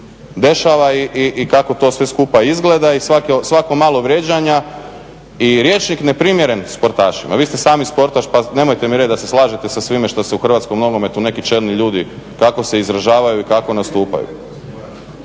i kako to sve skupa izgleda. I svako malo su vrijeđanja i rječnik neprimjeren sportašima. Vi ste sami sportaš pa nemojte mi reći da se slažete sa svime što se u hrvatskom nogometu, neki čelni ljudi, kako se izražavaju i kako nastupaju.